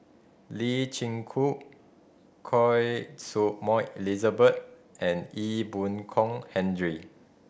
Lee Chin Koon Choy Su Moi Elizabeth and Ee Boon Kong Henry